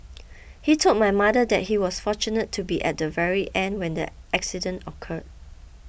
he told my mother that he was fortunate to be at the very end when the accident occurred